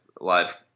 live